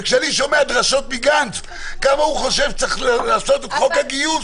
כשאני שומע דרשות מגנץ כמה הוא חושב שצריך לעשות את חוק הגיוס,